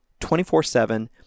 24-7